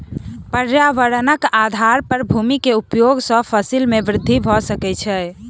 पर्यावरणक आधार पर भूमि के उपयोग सॅ फसिल में वृद्धि भ सकै छै